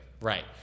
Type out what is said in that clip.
Right